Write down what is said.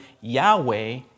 Yahweh